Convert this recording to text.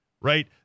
right